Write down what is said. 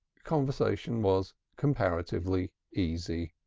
conversation was comparatively easy.